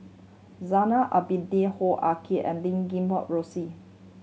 Zainal Abidin Hoo Ah Kay and Lim Guat Kheng Rosie